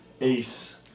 ace